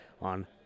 on